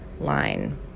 line